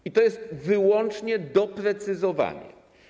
I to jest wyłącznie doprecyzowanie.